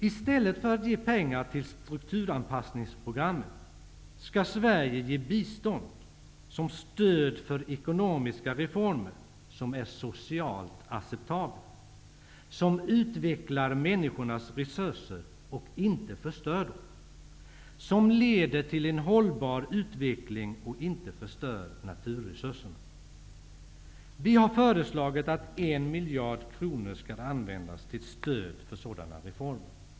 I stället för att ge pengar till strukturanpassningsprogrammen, skall Sverige ge bistånd som stöd för ekonomiska reformer som är socialt acceptabla, som utvecklar människornas resurser, inte förstör dem, och som leder till en hållbar utveckling och inte förstör naturresurserna. Vi har föreslagit att 1 miljard kronor skall användas till stöd för sådana reformer.